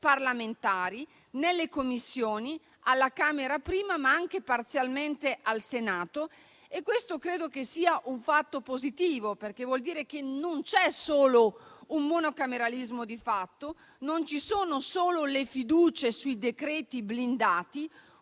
parlamentari nelle Commissioni, alla Camera dei deputati prima, ma anche, parzialmente, al Senato. Questo credo sia un fatto positivo, perché vuol dire che non c'è solo un monocameralismo di fatto e non ci sono solo le questioni di fiducia sui decreti blindati,